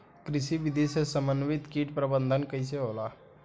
कृषि विधि से समन्वित कीट प्रबंधन कइसे होला?